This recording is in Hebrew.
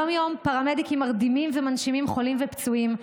יום-יום פרמדיקים מרדימים ומנשימים חולים ופצועים,